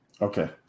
Okay